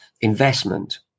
investment